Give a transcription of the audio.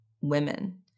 women